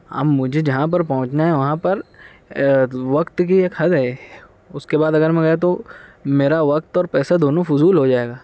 اب مجھے جہاں پر پہنچنا ہے وہاں پر وقت کی ایک حد ہے اس کے بعد اگر میں گیا تو میرا وقت اور پیسہ دونوں فضول ہوجائے گا